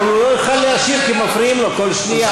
אבל הוא לא יכול להשיב כי מפריעים לו כל שנייה.